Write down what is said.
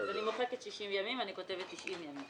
אז אני מוחקת 60 ימים ואני כותבת 90 ימים.